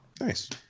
Nice